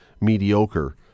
mediocre